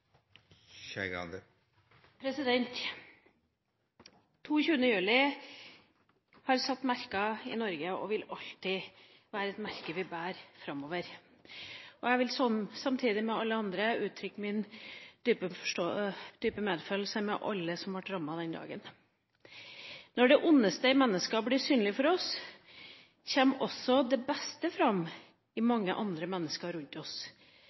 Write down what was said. juli har satt merker i Norge og vil alltid være et merke vi bærer framover. Jeg vil samtidig med alle andre uttrykke min dype medfølelse med alle som ble rammet den dagen. Når det ondeste i mennesker blir synlig for oss, kommer også det beste fram i mange andre mennesker rundt oss.